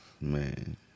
man